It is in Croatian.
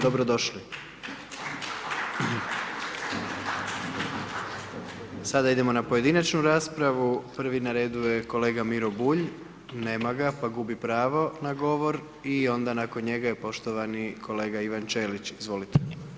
Dobro došli!... Sada idemo na pojedinačnu raspravu, prvi na redu je kolega Miro Bulj, nema ga, pa gubi pravo na govor i onda nakon njega je poštovani kolega Ivan Ćelić, izvolite.